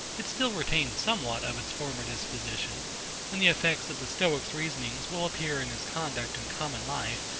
it still retains somewhat of its former disposition and the effects of the stoic's reasoning will appear in his conduct in common life,